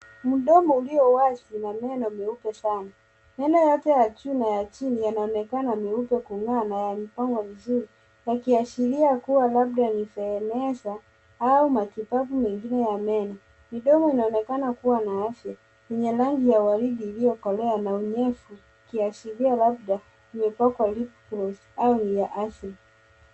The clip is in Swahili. Mdomo ulio wazi na meno meupe sana. Meno yote ya juu na chini yanaonekana meupe kung'aa na yamepangwa vizuri yakiashiria kuwa labda ni feneza au matibabu mengine ya meno. Mdomo unaonekana kuwa na afya lenye rangi ya waridi iliyokolea na unyevu ikiashiria labda umepakwa lip gloss au ni yaasili.